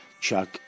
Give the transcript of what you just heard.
Chuck